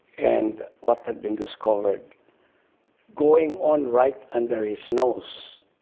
and what had been discovered going on right under his nose,